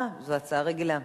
סליחה, זו הצעה רגילה,